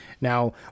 Now